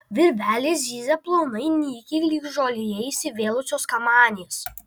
virvelės zyzia plonai nykiai lyg žolėje įsivėlusios kamanės